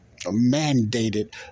mandated